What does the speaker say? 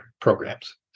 programs